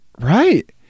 right